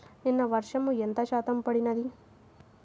నిన్న వర్షము ఎంత శాతము పడినది?